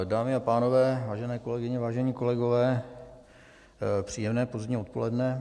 Dámy a pánové, vážené kolegyně, vážení kolegové, příjemné pozdní odpoledne.